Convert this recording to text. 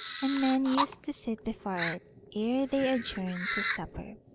and men used to sit before it ere they adjourned to supper.